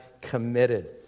committed